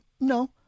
No